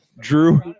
Drew